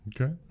Okay